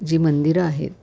जी मंदिरं आहेत